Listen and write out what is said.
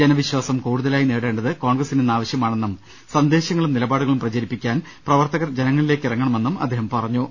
ജനവിശ്വാസം കൂടുത്ലായി നേടേണ്ടത് കോൺഗ്ര സിന് ഇന്ന് ആവശ്യമാണെന്നും സന്ദേശങ്ങളും നിലപാടുകളും പ്രചരിപ്പിക്കാൻ പ്രവർത്തകർ ജനങ്ങളിലേക്കിറങ്ങണമെന്നും അദ്ദേഹം പറഞ്ഞു